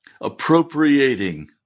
appropriating